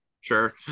Sure